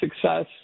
success